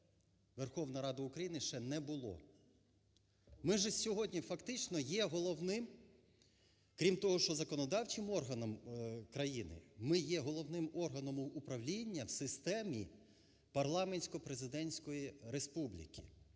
Верховна РРада України, ще не було. Ми ж сьогодні фактично є головним, крім того, що законодавчим органом країни, ми є головним органом управління в системі парламентсько-президентської республіки.